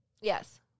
Yes